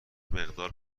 مقدار